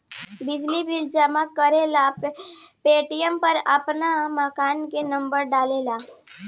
बिजली बिल जमा करेला पेटीएम पर आपन मकान के नम्बर डाल